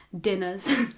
dinners